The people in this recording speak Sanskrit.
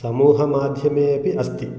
समूहमाध्यमे अपि अस्ति